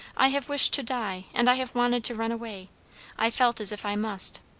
i have wished to die, and i have wanted to run away i felt as if i must